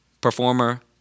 performer